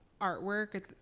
artwork